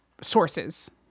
sources